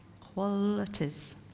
Qualities